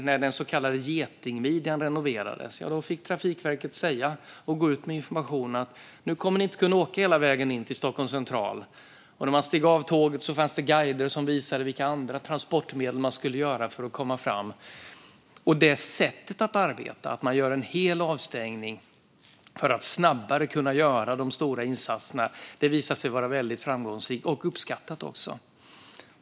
När den så kallade Getingmidjan renoverades fick Trafikverket gå ut med information och säga: Nu kommer ni inte att kunna åka hela vägen in till Stockholms central! När man steg av tåget fanns det guider som visade vilka andra transportmedel man skulle välja för att komma fram. Detta sätt att arbeta - att man gör en hel avstängning för att snabbare kunna göra de stora insatserna - visade sig vara väldigt framgångsrikt och även uppskattat.